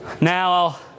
Now